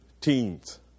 teens